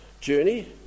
journey